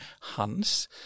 Hans